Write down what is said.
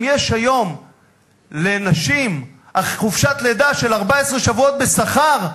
אם יש היום לנשים חופשת לידה של 14 שבועות בשכר,